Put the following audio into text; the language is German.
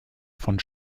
von